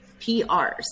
PRS